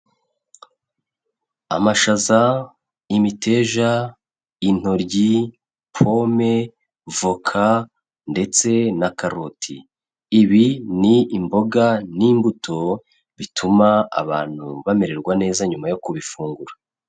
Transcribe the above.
Amashaza, imiteja, intoryi, pome, voca ndetse na karoti, ibi ni imboga n'imbuto bituma abantu bamererwa neza nyuma yo kubifungura.